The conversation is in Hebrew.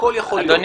הכול יכול להיות.